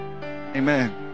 Amen